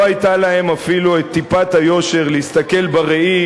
לא היתה להם אפילו טיפת היושר להסתכל בראי